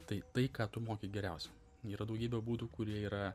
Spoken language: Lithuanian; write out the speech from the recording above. tai tai ką tu moki geriausia yra daugybė būdų kurie yra